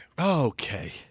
Okay